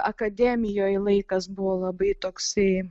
akademijoj laikas buvo labai toksai